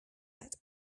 that